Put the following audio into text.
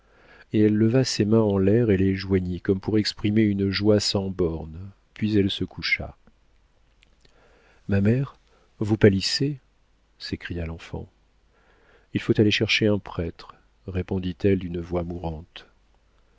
et elle leva ses mains en l'air et les joignit comme pour exprimer une joie sans bornes puis elle se coucha ma mère vous pâlissez s'écria l'enfant il faut aller chercher un prêtre répondit-elle d'une voix mourante